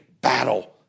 battle